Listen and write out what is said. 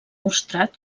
mostrat